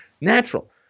natural